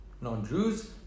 non-Jews